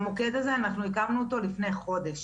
המוקד הזה אנחנו הקמנו אותו לפני חודש.